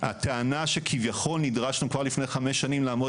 הטענה שכביכול נדרשנו כבר לפני חמש שנים לעמוד